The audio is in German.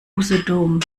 usedom